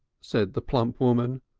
said the plump woman,